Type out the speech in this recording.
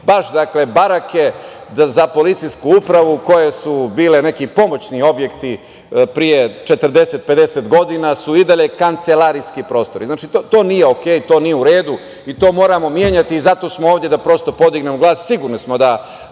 baš. Dakle, barake za policijsku upravu koje su bile neki pomoćni objekti pre 40, 50 godina su i dalje kancelarijski prostori. To nije OK, to nije u redu i to moramo menjati i zato smo ovde da prosto podignemo glas. Sigurni smo da,